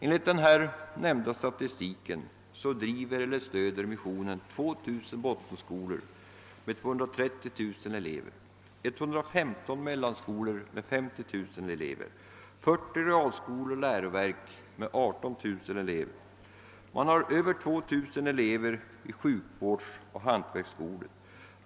Enligt den nämnda statistiken driver eller stöder missionen 2 000 bottenskolor med 230 000 elever, 115 mellanskolor med 50 000 elever och 40 realskolor och läroverk med 18 000 elever. Man har över 2 000 elever i sjukvårdsoch hantverksskolor.